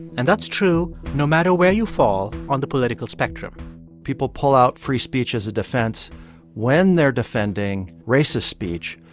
and that's true no matter where you fall on the political spectrum people pull out free speech as a defense when they're defending racist speech,